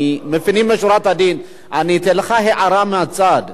לפנים משורת הדין אני אתן לך הערה מהצד.